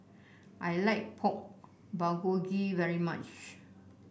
I like Pork Bulgogi very much